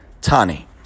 Tani